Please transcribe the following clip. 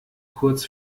kurz